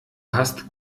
hast